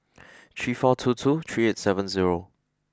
three four two two three eight seven zero